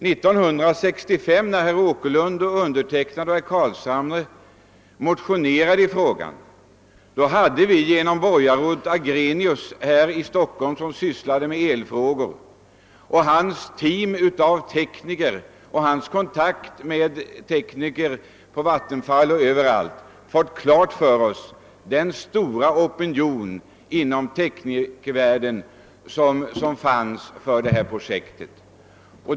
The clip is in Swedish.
När herr Åkerlund, herr Carlshamre och jag 1965 motionerade i frågan hade vi genom borgarrådet Agrenius i Stockholm, som sysslade med elfrågor, och hans team av tekniker — han hade även kontakt med tekniker på Vattenfall — fått kännedom om den stora opinion som fanns inom teknikervärlden mot detta projekt.